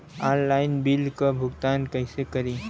Online bill क भुगतान कईसे करी?